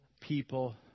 people